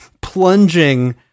plunging